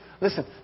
listen